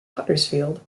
huddersfield